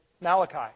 Malachi